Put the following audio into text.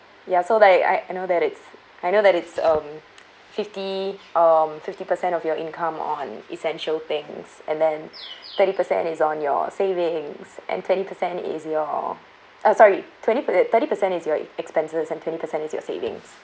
ya so like I I know that it's I know that it's um fifty um fifty percent of your income on essential things and then thirty percent is on your savings and twenty percent is your oh sorry twenty percent thirty percent is your expenses and twenty percent is your savings